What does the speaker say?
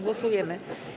Głosujemy.